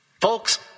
Folks